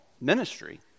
ministry